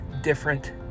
different